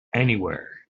anywhere